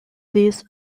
this